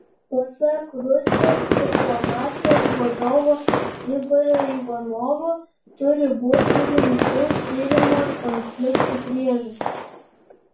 pasak rusijos diplomatijos vadovo igorio ivanovo turi būti rimčiau tiriamos konfliktų priežastys